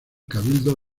cabildo